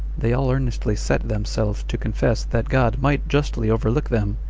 they all earnestly set themselves to confess that god might justly overlook them,